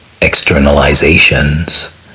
externalizations